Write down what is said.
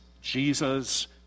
Jesus